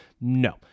No